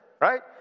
right